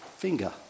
finger